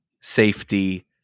safety